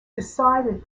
decided